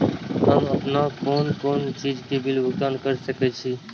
हम आपन कोन कोन चीज के बिल भुगतान कर सके छी?